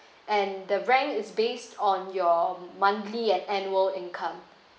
and the rank is based on your monthly and annual income